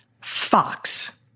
Fox